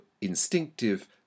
instinctive